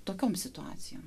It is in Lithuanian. tokioms situacijoms